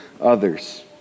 others